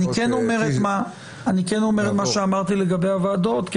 אני כן אומר מה שאמרתי לגבי הוועדות,